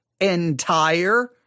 entire